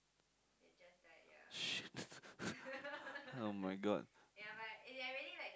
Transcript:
shit oh my god